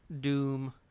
Doom